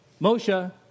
Moshe